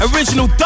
Original